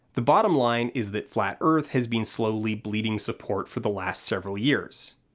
the bottom line is that flat earth has been slowly bleeding support for the last several years.